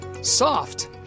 soft